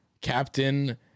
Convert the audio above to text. captain